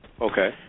Okay